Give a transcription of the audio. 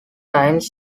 times